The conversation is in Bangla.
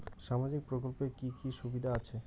সামাজিক প্রকল্পের কি কি সুবিধা আছে?